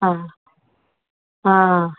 ಹಾಂ ಹಾಂ